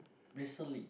recently